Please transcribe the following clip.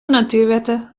natuurwetten